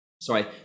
sorry